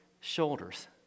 shoulders